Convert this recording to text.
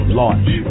launch